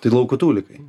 tai lauko tūlikai